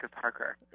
Parker